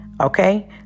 Okay